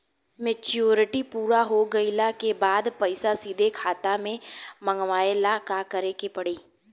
Maturity पूरा हो गइला के बाद पईसा सीधे खाता में मँगवाए ला का करे के पड़ी?